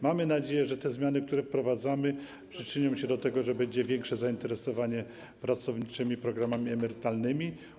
Mamy nadzieję, że zmiany, które wprowadzamy, przyczynią się do tego, że będzie większe zainteresowanie pracowniczymi programami emerytalnymi.